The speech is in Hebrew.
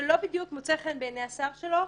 שאולי לא בדיוק מוצא חן בעיני השר שלו,